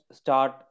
start